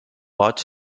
goig